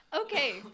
Okay